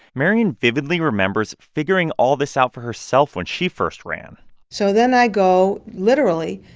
marian vividly remembers figuring all this out for herself when she first ran so then i go, literally,